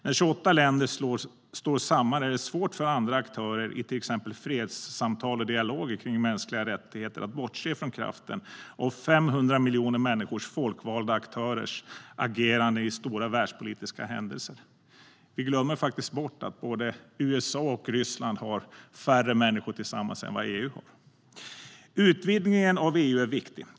När 28 länder står samman är det svårt för andra aktörer i till exempel fredssamtal och dialoger kring mänskliga rättigheter att bortse från kraften av 500 miljoner människors folkvalda aktörers ageranden i stora världspolitiska händelser. Vi glömmer bort att USA och Ryssland faktiskt har färre människor tillsammans än vad EU har. Utvidgningen av EU är viktig.